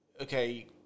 okay